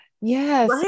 yes